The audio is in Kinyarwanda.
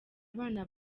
abana